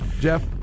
Jeff